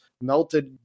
melted